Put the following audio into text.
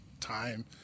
time